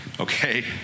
Okay